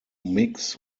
mix